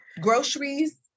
Groceries